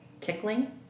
tickling